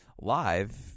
live